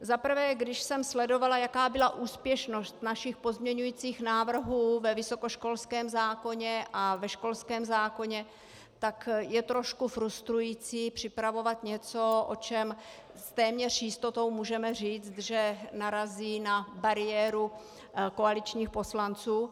Za prvé, když jsem sledovala, jaká byla úspěšnost našich pozměňujících návrhů ve vysokoškolském zákoně a ve školském zákoně, tak je trošku frustrující připravovat něco, o čem téměř s jistotou můžeme říct, že narazí na bariéru koaličních poslanců.